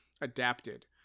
adapted